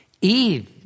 Eve